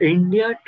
India